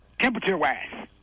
Temperature-wise